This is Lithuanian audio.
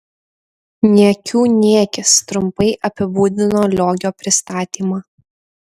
niekių niekis trumpai apibūdino liogio pristatymą